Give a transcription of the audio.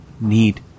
need